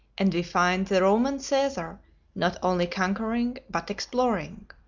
and we find the roman caesar not only conquering, but exploring.